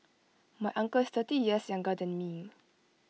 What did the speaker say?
my uncle is thirty years younger than me